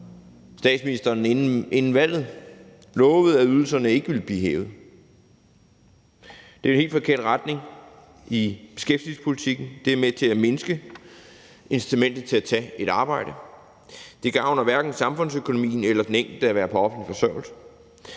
statsministeren inden valget lovede, at ydelserne ikke ville blive hævet. Det er jo en helt forkert retning i beskæftigelsespolitikken, der er med til at mindske incitamentet til at tage et arbejde, og det gavner hverken samfundsøkonomien eller den enkelte at være på offentlig forsørgelse.